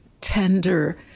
tender